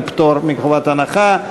גם כן עם פטור מחובת הנחה,